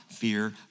Fear